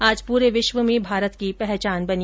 आज पूरे विश्व में भारत की पहचान बनी